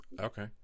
okay